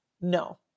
No